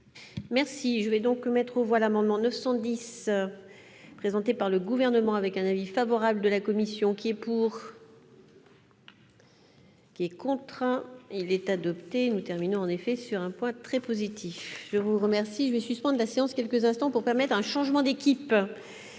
Merci. Si je vais donc mettre aux voix l'amendement 910 présenté par le gouvernement avec un avis favorable de la commission qui est pour. Qui est contraint, il est adopté, nous terminons en effet sur un point très positif, je vous remercie, je vais suspendre la séance quelques instants pour permettre un changement d'équipe,